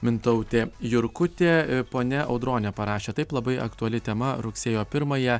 mintautė jurkutė ponia audronė parašė taip labai aktuali tema rugsėjo pirmąją